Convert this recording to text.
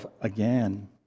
again